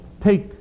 take